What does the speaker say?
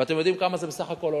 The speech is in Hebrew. ואתם יודעים כמה זה בסך הכול עולה?